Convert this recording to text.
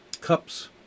Cups